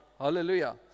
hallelujah